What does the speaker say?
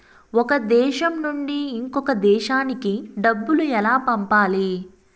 ఒక దేశం నుంచి ఇంకొక దేశానికి డబ్బులు ఎలా పంపాలి?